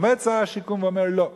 עומד שר השיכון ואומר: לא,